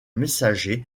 messager